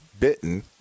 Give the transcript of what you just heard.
Bitten